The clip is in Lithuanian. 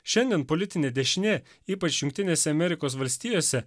šiandien politinė dešinė ypač jungtinėse amerikos valstijose